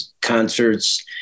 concerts